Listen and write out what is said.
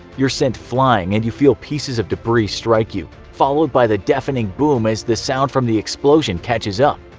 you're sent flying, and you feel pieces of debris strike you, followed by the deafening boom as the sound from the explosion catches up.